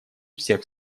всех